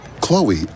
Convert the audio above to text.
Chloe